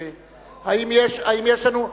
האם יש לנו, לא.